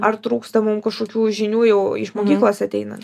ar trūksta mum kažkokių žinių jau iš mokyklos ateinan